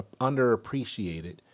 underappreciated